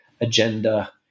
agenda